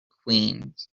queens